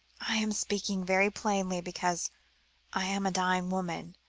i am speaking very plainly because i am a dying woman,